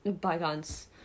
Bygones